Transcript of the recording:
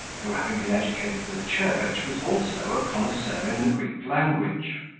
who, having been educated for the church, was also a connoisseur in the greek language.